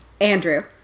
Andrew